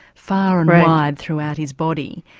far and wide throughout his body.